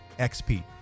XP